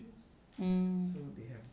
mm